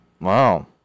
Wow